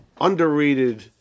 underrated